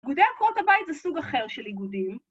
איגודי עקרות הבית זה סוג אחר של איגודים.